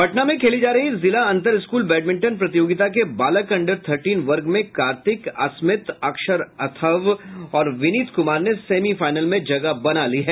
पटना में खेली जा रही जिला अंतर स्कूल बैडमिंटन प्रतियोगिता के बालक अंडर थर्टीन वर्ग में कार्तिक अस्मित अक्षर अथर्व और विनित कुमार ने सेमीफाइनल में जगह बना ली है